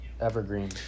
evergreen